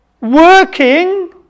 working